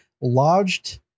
lodged